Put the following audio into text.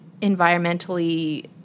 environmentally